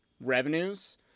revenues